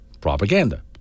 propaganda